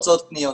הוצאות קניות.